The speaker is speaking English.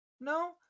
No